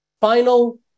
final